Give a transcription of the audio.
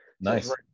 nice